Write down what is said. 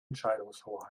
entscheidungshoheit